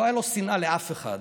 לא הייתה לו שנאה לאף אחד.